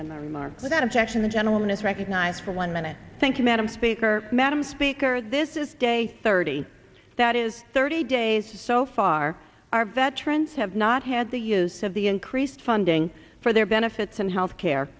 and the remark without objection the gentleman is recognized for one minute thank you madam speaker madam speaker this is day thirty that is thirty days so far our veterans have not had the use of the increased funding for their benefits and healthcare